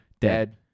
Dead